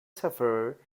sufferer